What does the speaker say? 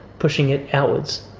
pushing it outwards.